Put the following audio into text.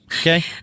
Okay